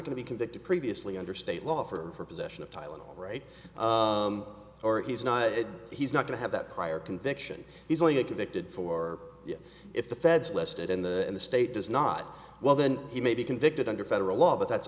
going to be convicted previously under state law for possession of tylenol right or he's not he's not to have that prior conviction he's only a convicted for if the feds listed in the in the state does not well then he may be convicted under federal law but that's